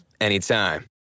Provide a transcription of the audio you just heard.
anytime